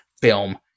film